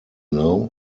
know